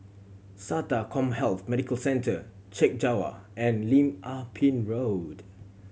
SATA CommHealth Medical Centre Chek Jawa and Lim Ah Pin Road